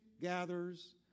gathers